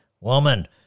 Woman